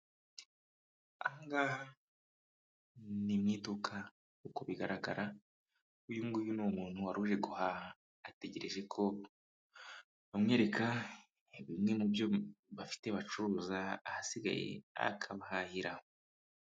Aha ngaha ni mu iduka nk'uko bigaragara, uyu nguyu ni umuntu wari uje guhaha ategereje ko bamwereka bimwe mu byo bafite bacuruza, ahasigaye akabahahira.